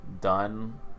done